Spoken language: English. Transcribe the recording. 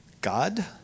God